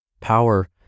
Power